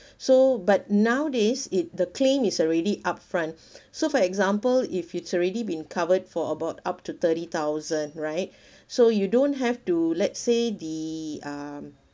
so but nowadays it the claim is already upfront so for example if it's already been covered for about up to thirty thousand right so you don't have to let say the um